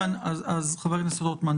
חבר הכנסת רוטמן,